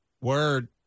Word